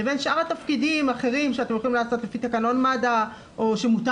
לבין שאר התפקידים האחרים שאתם יכולים לעשות לפי תקנון מד"א או שמותר